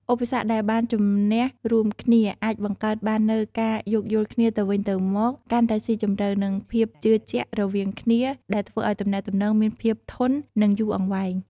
ឧបសគ្គដែលបានជម្នះរួមគ្នា អាចបង្កើតបាននូវការយោគយល់គ្នាទៅវិញទៅមកកាន់តែស៊ីជម្រៅ និងភាពជឿជាក់រវាងគ្នា ដែលធ្វើឱ្យទំនាក់ទំនងមានភាពធន់ និងយូរអង្វែង។